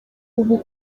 ubu